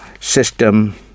system